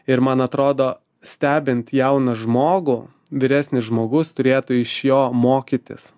ir man atrodo stebint jauną žmogų vyresnis žmogus turėtų iš jo mokytis